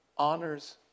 honors